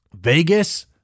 Vegas